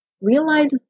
realize